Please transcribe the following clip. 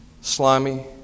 slimy